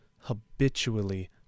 habitually